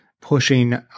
pushing